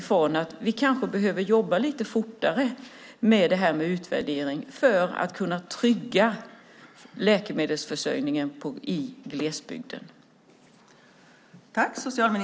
Man kanske behöver jobba lite fortare med utvärderingen för att kunna trygga läkemedelsförsörjningen i glesbygden.